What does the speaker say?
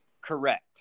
Correct